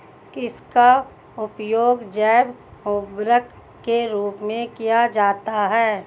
किसका उपयोग जैव उर्वरक के रूप में किया जाता है?